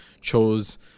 chose